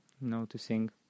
Noticing